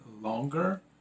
longer